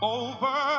over